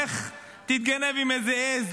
לך תתגנב עם איזה עז,